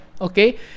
Okay